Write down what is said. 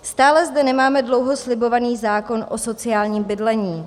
Stále zde nemáme dlouho slibovaný zákon o sociálním bydlení.